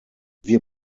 wir